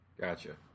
Gotcha